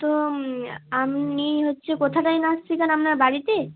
তো আপনি হচ্ছে কোথাকার নাচ শেখান আপনার বাড়িতে